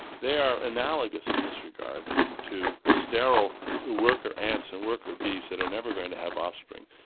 they are analogous in this regard to sterile worker ants and worker bees that are never going to have offspring.